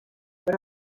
però